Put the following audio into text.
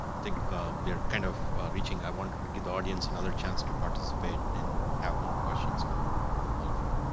i think we're kind of reaching. i wanted to give the audience another chance to participate, and have more questions come ah from all of you.